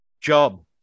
job